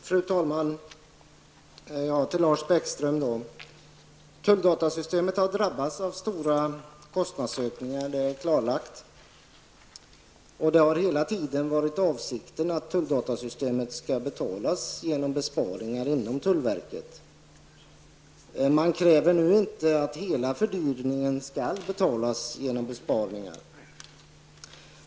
Fru talman! Till Lars Bäckström vill jag säga följande. Tulldatasystemet har drabbats av stora kostnadsökningar. Det är klarlagt. Det har hela tiden varit avsikten att tulldatasystemet skall betalas genom besparingar inom tullverket. Man kräver nu inte att hela fördyringen skall betalas genom besparingar.